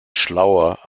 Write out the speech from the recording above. schlauer